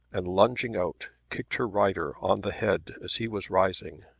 and lunging out kicked her rider on the head as he was rising.